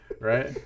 Right